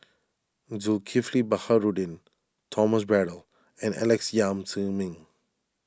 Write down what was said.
Zulkifli Baharudin Thomas Braddell and Alex Yam Ziming